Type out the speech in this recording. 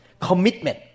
Commitment